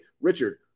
Richard